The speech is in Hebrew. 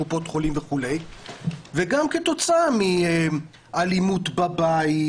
קופות חולים וכולי וגם כתוצאה מאלימות בבית,